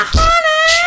honey